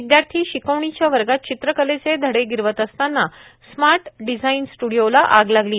विद्यार्थी शिकवणीच्या वर्गात चित्रकलेचे धडे गिरवत असताना स्मार्ट डिझाईन स्ट्डिओला आग लागली